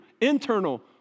internal